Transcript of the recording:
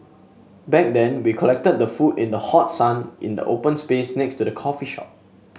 back then we collected the food in the hot sun in the open space next to the coffee shop